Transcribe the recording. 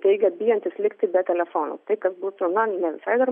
teigia bijantys likti be telefonų tai kas būtų na ne visai dar